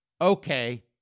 okay